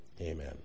Amen